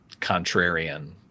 contrarian